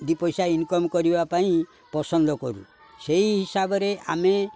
ଦୁଇ ପଇସା ଇନ୍କମ୍ କରିବା ପାଇଁ ପସନ୍ଦ କରୁ ସେଇ ହିସାବରେ ଆମେ